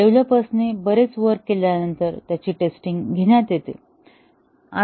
डेव्हलपर्सने बरेच वर्क केल्यानंतर त्याची टेस्टिंग घेण्यात येते